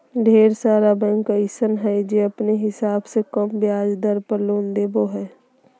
ढेर सारा बैंक अइसन हय जे अपने हिसाब से कम ब्याज दर पर लोन देबो हय